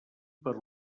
per